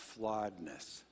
flawedness